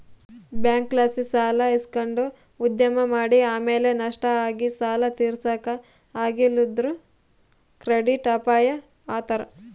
ಬ್ಯಾಂಕ್ಲಾಸಿ ಸಾಲ ಇಸಕಂಡು ಉದ್ಯಮ ಮಾಡಿ ಆಮೇಲೆ ನಷ್ಟ ಆಗಿ ಸಾಲ ತೀರ್ಸಾಕ ಆಗಲಿಲ್ಲುದ್ರ ಕ್ರೆಡಿಟ್ ಅಪಾಯ ಅಂತಾರ